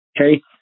Okay